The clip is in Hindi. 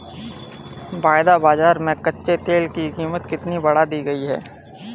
वायदा बाजार में कच्चे तेल की कीमत कितनी बढ़ा दी गई है?